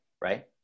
right